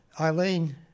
Eileen